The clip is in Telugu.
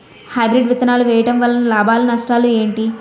హైబ్రిడ్ విత్తనాలు వేయటం వలన లాభాలు నష్టాలు ఏంటి?